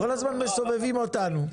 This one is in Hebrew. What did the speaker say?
כל הזמן מסובבים אותנו.